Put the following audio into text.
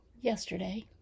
yesterday